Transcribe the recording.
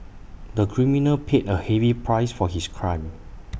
the criminal paid A heavy price for his crime